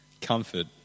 Comfort